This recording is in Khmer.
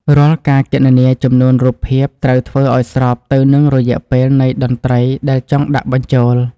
រាល់ការគណនាចំនួនរូបភាពត្រូវធ្វើឱ្យស្របទៅនឹងរយៈពេលនៃតន្ត្រីដែលចង់ដាក់បញ្ចូល។